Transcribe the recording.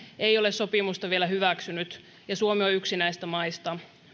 ei ole sopimusta vielä hyväksynyt ja suomi on yksi näistä maista